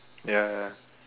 ya ya